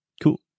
Cool